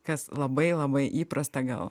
kas labai labai įprasta gal